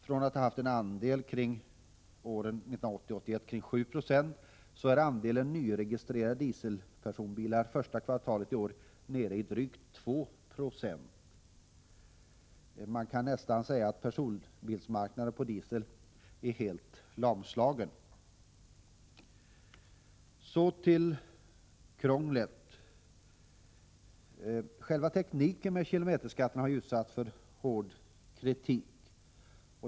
Från att ha haft en andel åren 1980 och 1981 kring 7 76, så är andelen nyregistrerade dieselpersonbilar första kvartalet i år nere i drygt 2 96. Man kan nästan säga att personbilsmarknaden för diesel är helt lamslagen. Så till krånglet. Själva tekniken med kilometerskatt har ju utsatts för hård kritik.